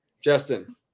Justin